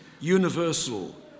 universal